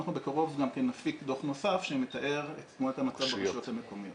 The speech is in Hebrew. אנחנו בקרוב נפיק דוח נוסף שמתאר את תמונת המצב ברשויות המקומיות.